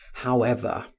however,